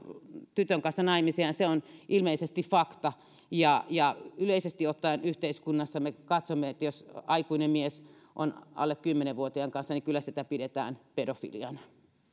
tytön kanssa naimisiin ja se on ilmeisesti fakta yleisesti ottaen yhteiskunnassamme katsomme että jos aikuinen mies on alle kymmenvuotiaan kanssa niin kyllä sitä pidetään pedofiliana